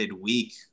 week